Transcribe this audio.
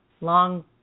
long